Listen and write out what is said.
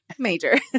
major